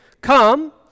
come